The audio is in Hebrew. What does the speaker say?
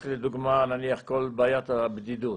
רק לדוגמה, כל בעיית הבדידות,